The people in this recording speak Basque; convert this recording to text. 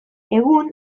egun